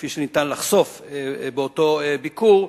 כפי שניתן לחשוף, באותו ביקור,